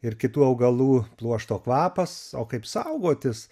ir kitų augalų pluošto kvapas o kaip saugotis